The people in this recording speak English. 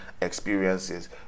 experiences